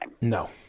No